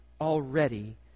already